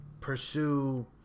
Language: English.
pursue